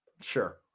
Sure